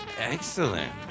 Excellent